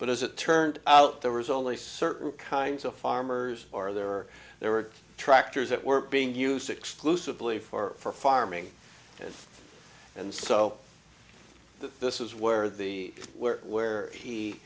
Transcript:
but as it turned out there was only certain kinds of farmers are there or there were tractors that were being used exclusively for farming and so this is where the work where he